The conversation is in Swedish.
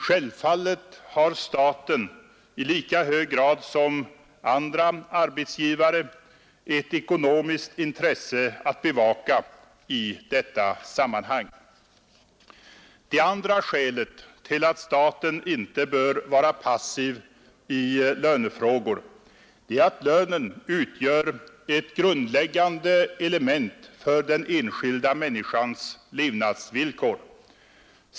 Staten har i lika hög grad som andra arbetsgivare ett ekonomiskt intresse att bevaka i detta sammanhang. Det andra skälet till att staten inte bör vara passiv i lönefrågor är att lönen utgör ett grundläggande element för den enskilda människans levnadsvillkor.